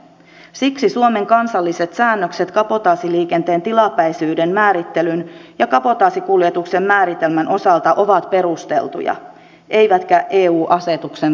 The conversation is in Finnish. siksi suomen kansalliset säännökset kabotaasiliikenteen tilapäisyyden määrittelyn ja kabotaasikuljetuksen määritelmän osalta ovat perusteltuja eivätkä eu asetuksen vastaisia